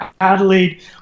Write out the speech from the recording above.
adelaide